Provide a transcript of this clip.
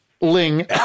ling